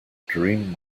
dream